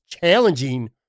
challenging